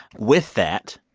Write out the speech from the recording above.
with that,